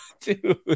dude